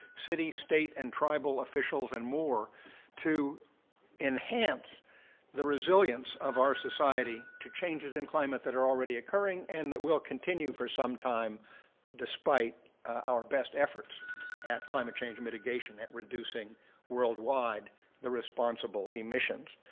city, state, and tribal officials, and more to enhance the resilience of our society to change in climate that are already occurring and that will continue for some time despite our best efforts at climate change mitigation, at reducing worldwide the responsible emissions.